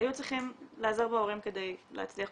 היו צריכים להיעזר בהורים כדי להצליח?